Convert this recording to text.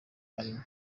arimo